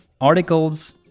articles